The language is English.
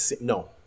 no